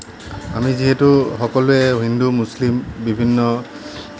আমি যিহেতু সকলোৱে হিন্দু মুছলিম বিভিন্ন